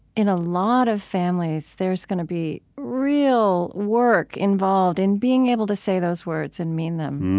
in a lot of families, there's going to be real work involved in being able to say those words and mean them.